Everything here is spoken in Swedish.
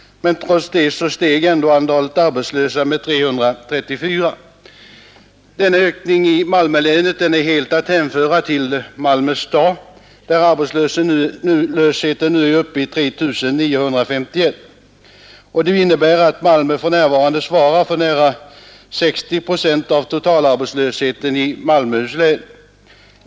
Trots det steg antalet arbetslösa med 334. Denna ökning är helt att hänföra till Malmö stad där arbetslösheten nu är uppe i 3951. Det innebär att Malmö stad för närvarande svarar för nära 60 procent av totalarbetslösheten i Malmöhus län.